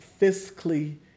fiscally